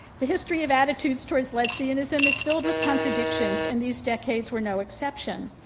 the history of attitudes towards lesbianism is filled with contradictions and these decades were no exception.